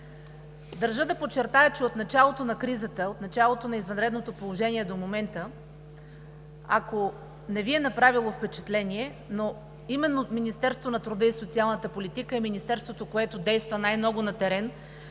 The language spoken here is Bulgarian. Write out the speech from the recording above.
Държа да подчертая, че от началото на кризата, от началото на извънредното положение до момента, ако не Ви е направило впечатление, но именно Министерството на труда и социалната политика е министерството, което действа най-много на терен,